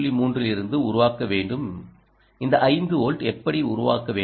3 இருந்து உருவாக்க வேண்டும் இந்த 5 வோல்ட் எப்படி உருவாக்க வேண்டும்